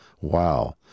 Wow